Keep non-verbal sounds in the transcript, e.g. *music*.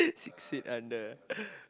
six feet under *breath*